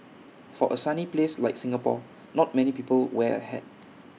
for A sunny place like Singapore not many people wear A hat